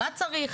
מה צריך.